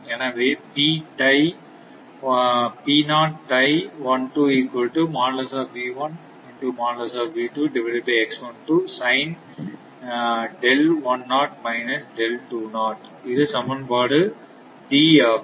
எனவே இது சமன்பாடு D ஆகும்